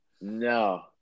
no